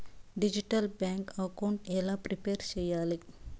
Digital bank account ఎలా prepare సెయ్యాలి?